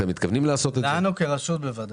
לנו כרשות בוודאי.